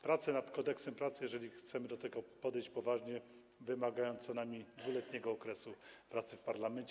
Prace nad Kodeksem pracy, jeżeli chcemy do tego podejść poważnie, wymagają co najmniej 2-letniego okresu pracy w parlamencie.